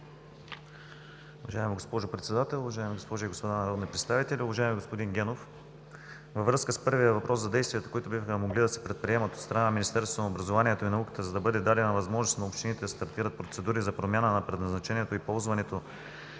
Уважаема госпожо Председател, уважаеми госпожи и господа народни представители! Уважаеми господин Генов, във връзка с първия въпрос за действията, които биха могли да се предприемат от страна на Министерството на образованието и науката, за да бъде дадена възможност на общините да стартират процедури за промяна на предназначението и ползването